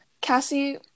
cassie